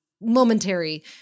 momentary